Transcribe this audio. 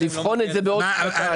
אני חושב שצריך לבחון את זה בעוד שנתיים.